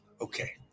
Okay